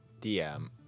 DM